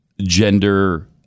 gender